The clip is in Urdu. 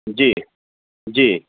جی جی